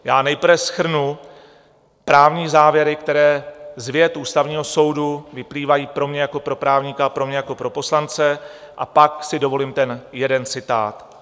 Já nejprve shrnu právní závěry, které z vět Ústavního soudu vyplývají pro mě jako pro právníka a pro mě jako pro poslance, a pak si dovolím ten jeden citát.